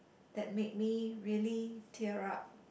that made me really tear up